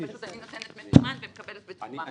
פשוט אני נותנת מזומן ומקבלת מזומן.